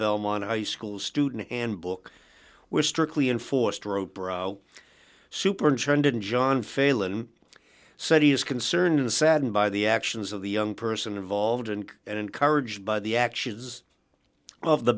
belmont high school student and book were strictly enforced wrote bro superintendent john failon said he is concerned and saddened by the actions of the young person involved and and encouraged by the actions of the